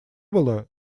было